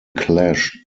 clash